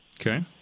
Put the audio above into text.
Okay